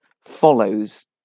follows